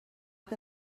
que